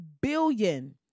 billion